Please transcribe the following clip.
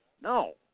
No